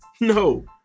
No